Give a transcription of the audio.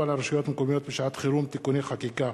לרשויות מקומיות בשעת חירום (תיקוני חקיקה),